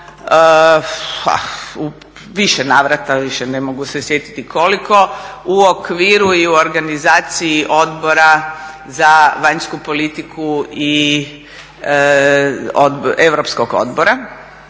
više navrata, više ne mogu se sjetiti koliko, u okviru i u organizaciji Odbora za vanjsku politiku i Europskog odbora.